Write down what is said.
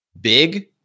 Big